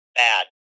bad